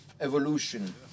evolution